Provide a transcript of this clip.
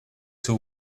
two